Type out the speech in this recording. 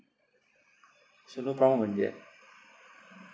so no problem on that